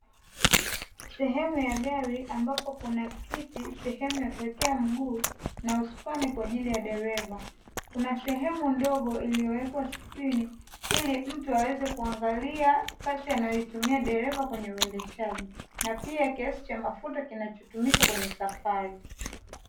Sehemu ya gari ambapo kuna kiti sehemu ya kuwekea mguu na usukani kwa ajili ya dereva, kuna sehemu ndogo iliyowekwa skrini ili mtu aweze kuangalia kasi anayoitumia dereva kwenye uendeshaji, na pia kiasi cha mafuta kinachotumika kwenye safari.